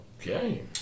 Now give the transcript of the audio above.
okay